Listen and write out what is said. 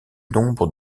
nombre